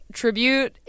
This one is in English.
tribute